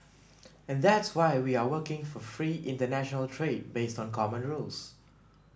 and that's why we are working for free international trade based on common rules